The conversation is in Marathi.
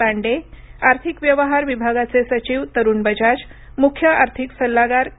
पांडे आर्थिक व्यवहार विभागाचे सचिव तरुण बजाज मुख्य आर्थिक सल्लागार के